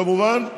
כמובן,